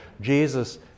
Jesus